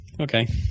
Okay